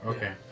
Okay